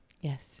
yes